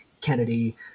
Kennedy